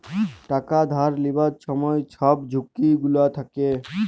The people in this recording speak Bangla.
টাকা ধার লিবার ছময় ছব ঝুঁকি গুলা থ্যাকে